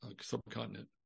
subcontinent